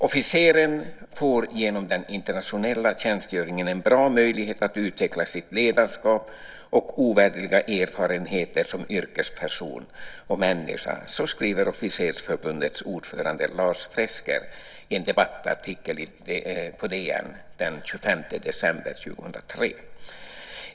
"Officeren får genom den internationella tjänstgöringen en bra möjlighet att utveckla sitt ledarskap och ovärderliga erfarenheter som yrkesperson och människa." Så skriver Officersförbundets ordförande Lars Fresker i en debattartikel i DN den 25 december 2003.